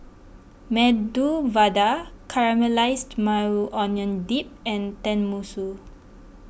Medu Vada Caramelized Maui Onion Dip and Tenmusu